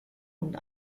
und